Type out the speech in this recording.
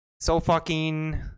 So-fucking